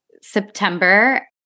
September